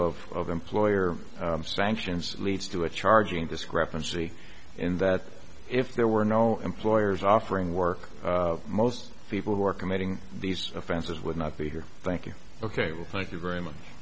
of employer sanctions leads to a charging discrepancy in that if there were no employer's offering work most people who are committing these offenses would not be here thank you ok well thank you very much